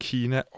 Kina